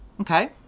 Okay